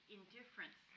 Indifference